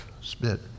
spit